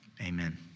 amen